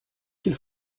qu’il